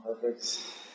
perfect